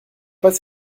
pas